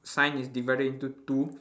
sign is divided into two